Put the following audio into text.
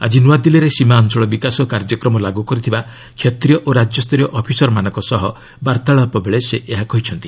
ଆଳି ନ୍ନଆଦିଲ୍ଲୀରେ ସୀମା ଅଞ୍ଚଳ ବିକାଶ କାର୍ଯ୍ୟକ୍ରମ ଲାଗୁ କରୁଥିବା କ୍ଷତ୍ରୀୟ ଓ ରାଜ୍ୟସ୍ତରୀୟ ଅଫିସର୍ମାନଙ୍କର ସହ ବାର୍ତ୍ତାଳାପ ବେଳେ ସେ ଏହା କହିଛନ୍ତି